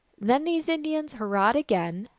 then these indians hurrahed again,